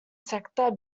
sector